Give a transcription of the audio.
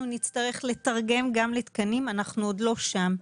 נצטרך לתרגם גם לתקנים אבל אנחנו עוד לא שם.